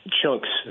chunks